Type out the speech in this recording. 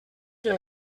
que